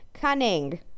Cunning